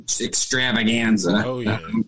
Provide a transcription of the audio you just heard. extravaganza